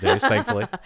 thankfully